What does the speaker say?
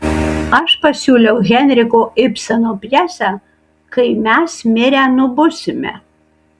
aš pasiūliau henriko ibseno pjesę kai mes mirę nubusime